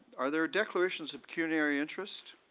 are there declarations of pecuniary interest?